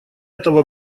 этого